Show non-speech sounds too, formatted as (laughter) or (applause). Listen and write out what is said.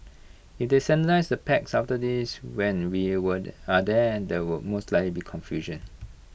if they standardise the packs after this when we (unintelligible) are there will most likely be confusion